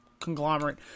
conglomerate